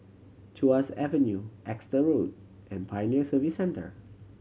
Tuas Avenue Exeter Road and Pioneer Service Centre